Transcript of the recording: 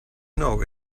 know